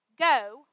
Go